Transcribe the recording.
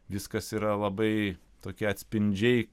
viskas yra labai tokie atspindžiai